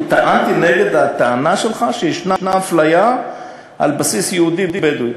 טענתי נגד הטענה שלך שישנה אפליה על בסיס יהודי בדואי.